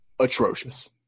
atrocious